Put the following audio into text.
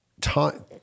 time